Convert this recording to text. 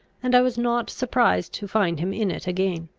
and i was not surprised to find him in it again.